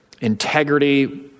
integrity